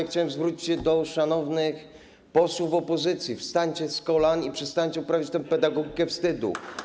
Chciałem zwrócić się do szanownych posłów opozycji: wstańcie z kolan i przestańcie uprawiać tę pedagogikę wstydu.